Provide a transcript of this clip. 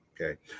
Okay